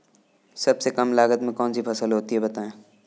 सबसे कम लागत में कौन सी फसल होती है बताएँ?